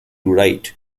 write